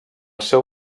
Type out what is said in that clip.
seu